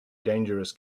dangerous